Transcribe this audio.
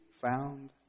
found